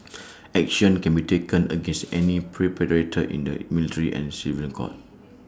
action can be taken against any perpetrator in the military and civilian court